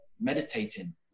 meditating